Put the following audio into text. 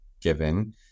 given